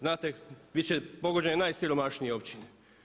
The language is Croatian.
Znate, bit će pogođene najsiromašnije općine.